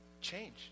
Change